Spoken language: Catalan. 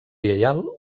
lleial